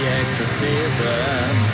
exorcism